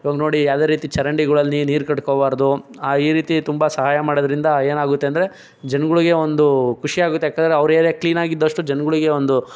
ಇವಾಗ ನೋಡಿ ಯಾವುದೇ ರೀತಿ ಚರಂಡಿಗಳಲ್ಲಿ ನೀರು ಕಟ್ಕೊಬಾರ್ದು ಈ ರೀತಿ ತುಂಬ ಸಹಾಯ ಮಾಡೋದ್ರಿಂದ ಏನಾಗುತ್ತೆ ಅಂದರೆ ಜನಗಳಿಗೆ ಒಂದು ಖುಷಿ ಆಗುತ್ತೆ ಏಕೆಂದರೆ ಅವರ ಏರಿಯಾ ಕ್ಲೀನಾಗಿ ಇದ್ದಷ್ಟು ಜನಗಳಿಗೆ ಒಂದು